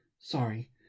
Sorry